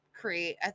create